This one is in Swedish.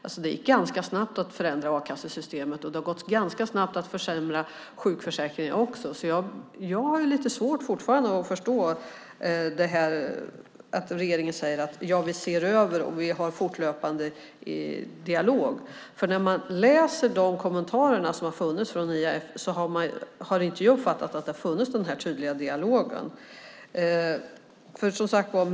Men det gick snabbt att förändra a-kassesystemet, och det har också gått ganska snabbt att försämra sjukförsäkringen. Jag har därför lite svårt att förstå att regeringen säger att de ser över och har fortlöpande dialog, för när jag läser kommentarerna från IAF uppfattar jag inte att det har funnits någon tydlig dialog.